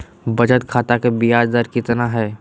बचत खाता के बियाज दर कितना है?